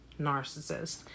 narcissist